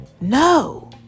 No